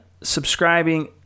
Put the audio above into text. subscribing